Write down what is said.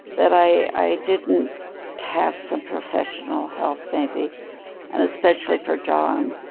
that i i didn't have some professional help, maybe and especially for john,